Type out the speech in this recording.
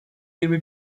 yirmi